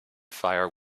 fire